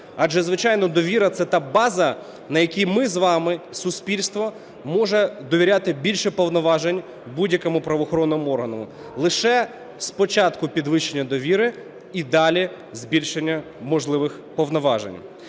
Адже, звичайно, довіра – це та база, на якій ми з вами, суспільство може довіряти більше повноважень будь-якому правоохоронному органу. Лише спочатку – підвищення довіри і далі збільшення можливих повноважень.